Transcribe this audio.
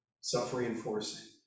self-reinforcing